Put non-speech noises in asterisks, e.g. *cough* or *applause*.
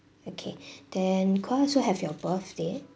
okay *breath* then could I also have your birthday